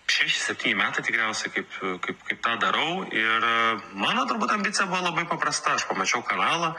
šeši septyni metai tikriausiai kaip kaip kaip tą darau ir mano turbūt ambicija buvo labai paprasta aš pamačiau kanalą